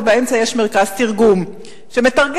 ובאמצע יש מרכז תרגום שמתרגם.